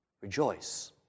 Rejoice